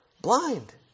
blind